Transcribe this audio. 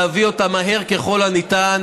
להביא אותה מהר ככל הניתן,